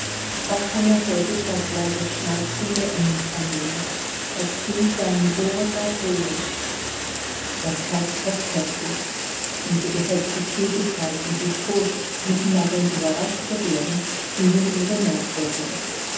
auch kann er häufig das leise schnalzen der enden vernehmen das klingt seinem ohre gar fröhlich das herz pocht heftig diese gehetzte tätigkeit und die furcht mitten darin überrascht zu werden üben ihre nachwirkung